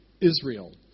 Israel